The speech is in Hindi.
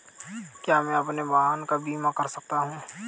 क्या मैं अपने वाहन का बीमा कर सकता हूँ?